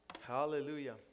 Hallelujah